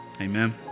Amen